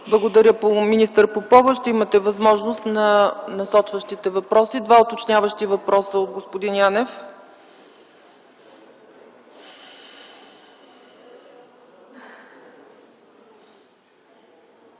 Благодаря, министър Попова. Ще имате възможност да отговорите и при насочващите въпроси. Два уточняващи въпроса от господин Янев.